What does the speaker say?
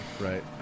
right